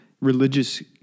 religious